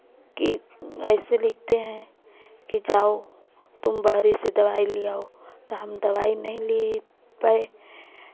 कि ऐसे लिखते हैं कि जाओ तुम बाहरे से दवाई ले आओ तो हम दवाई नहीं ले पाए